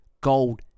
gold